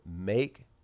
make